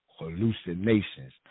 hallucinations